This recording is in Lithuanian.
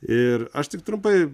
ir aš tik trumpai